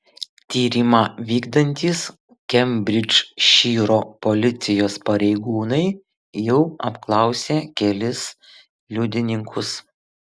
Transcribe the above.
tyrimą vykdantys kembridžšyro policijos pareigūnai jau apklausė kelis liudininkus